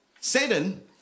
Satan